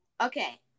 Okay